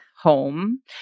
home